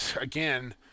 again